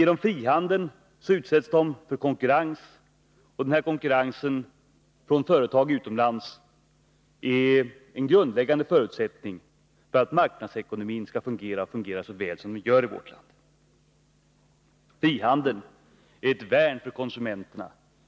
Genom frihandeln utsätts de för internationell konkurrens. Konkurrensen från företag utomlands är en grundläggande förutsättning för att marknadsekonomin skall fungera, och fungera så väl som den bör göra i vårt land. Frihandeln är ett värn för konsumenterna.